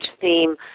theme